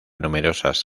numerosas